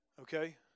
Okay